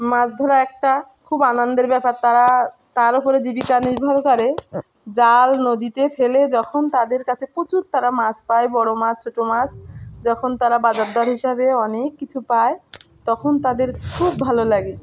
মাছ ধরা একটা খুব আনন্দের ব্যাপার তারা তার উপরে জীবিকা নির্ভর করে জাল নদীতে ফেলে যখন তাদের কাছে প্রচুর তারা মাছ পায় বড়ো মাছ ছোটো মাছ যখন তারা বাজারদর হিসাবে অনেক কিছু পায় তখন তাদের খুব ভালো লাগে